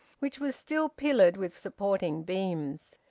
which was still pillared with supporting beams.